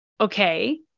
okay